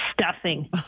Stuffing